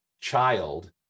child